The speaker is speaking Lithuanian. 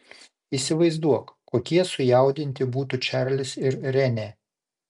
įsivaizduok kokie sujaudinti būtų čarlis ir renė